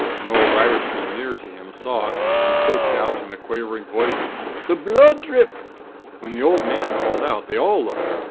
an old irishman near to him, saw it, and croaked out in a quavering voice the bhlood-dhrip when the old man called out, they all looked,